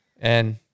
and-